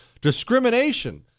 discrimination